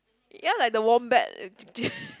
ya like the wombat